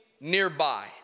nearby